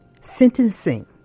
sentencing